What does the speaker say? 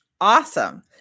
Awesome